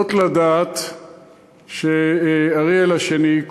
זאת לדעת שאריאל השני,